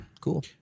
Cool